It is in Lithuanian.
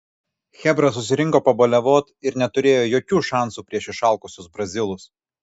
chebra susirinko pabaliavot ir neturėjo jokių šansų prieš išalkusius brazilus